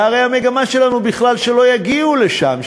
והרי המגמה שלנו היא בכלל שלא יגיעו לשם,